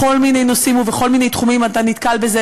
בכל מיני נושאים ובכל מיני תחומים אתה נתקל בזה.